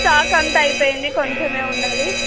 stock అంతా అయిపోయింది కొంచం ఉన్నది